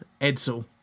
Edsel